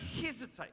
hesitate